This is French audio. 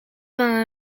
vingt